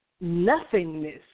nothingness